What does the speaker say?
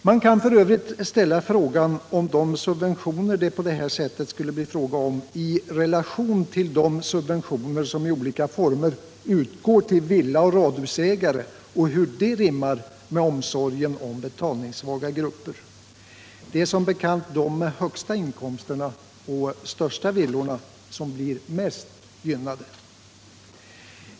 Man kan f. ö. ställa frågan hur relationen mellan de subventioner det på detta sätt skulle bli fråga om och de subventioner som i olika former utgår till villaoch radhusägare rimmar med omsorgen om betalningssvaga grupper. Det är som bekant de med de högsta inkomsterna och de största villorna som blir mest gynnade.